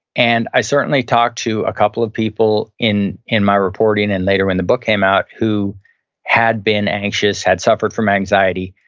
and i certainly talked to a couple of people in in my reporting and later when the book came out, who had been anxious, had suffered from anxiety,